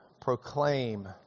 proclaim